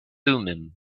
thummim